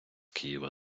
києва